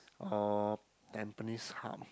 or Tampines Hub